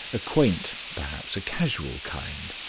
a quaint, perhaps a casual kind.